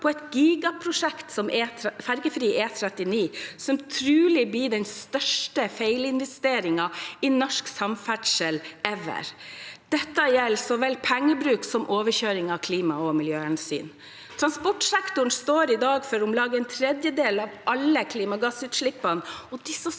på det gigaprosjektet som er ferjefri E39, som trolig blir den største feilinvesteringen i norsk samferdsel «ever». Dette gjelder så vel pengebruken som overkjøringen av klima- og miljøhensyn. Transportsektoren står i dag for om lag en tredjedel av alle klimagassutslippene,